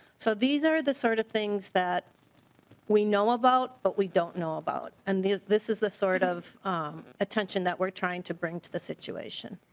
so these are the sort of things that we know about but we don't know about. and this is the sort of attention that we are trying to bring to the situation.